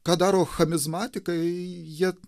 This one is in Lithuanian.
ką daro chamizmatikai jie